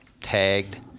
tagged